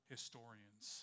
Historians